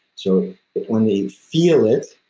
so when they feel it,